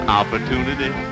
opportunity